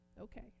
Okay